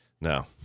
No